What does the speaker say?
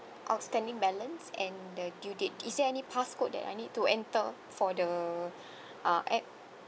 outstanding balance and the due date is there any passcode that I need to enter for the uh app